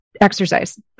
exercise